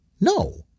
No